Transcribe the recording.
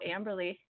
Amberly